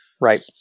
Right